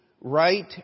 right